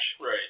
Right